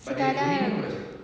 sekadar